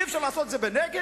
אי-אפשר לעשות את זה בנגב?